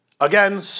Again